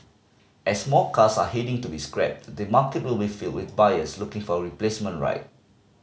as more cars are heading to be scrapped the market will be filled with buyers looking for a replacement ride